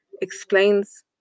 explains